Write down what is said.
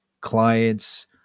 clients